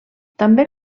també